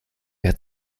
mehr